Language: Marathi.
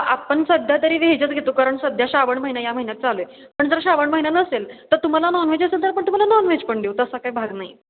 आपण सध्या तरी व्हेजच घेतो कारण सध्या श्रावण महिन्या या महिन्यात चालू आहे पण जर श्रावण महिना नसेल तर तुम्हाला नॉन व्हेज असेल तर आपण तुम्हाला नॉन व्हेज पण देऊ तसा काय भाग नाही